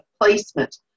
placement